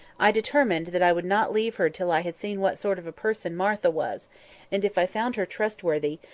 i determined that i would not leave her till i had seen what sort of a person martha was and, if i found her trustworthy,